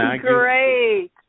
great